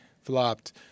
flopped